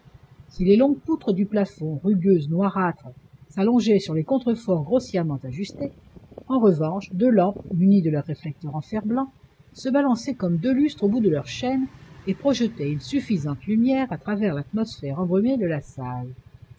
si les longues poutres du plafond rugueuses noirâtres s'allongeaient sur les contre-forts grossièrement ajustés en revanche deux lampes munies de leur réflecteur en fer-blanc se balançaient comme deux lustres au bout de leur chaîne et projetaient une suffisante lumière à travers l'atmosphère embrumée de la salle